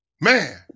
Man